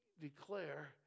declare